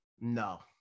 no